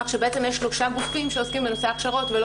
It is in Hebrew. כך שבעצם יש שלושה גופים שעוסקים בנושא הכשרות,